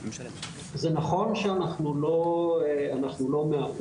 זה נכון שאנחנו לא מהאו"ם,